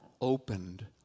opened